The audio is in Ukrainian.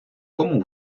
кому